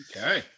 Okay